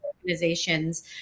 organizations